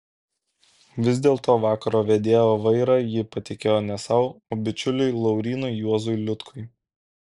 vis dėlto vakaro vedėjo vairą ji patikėjo ne sau o bičiuliui laurynui juozui liutkui